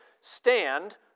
stand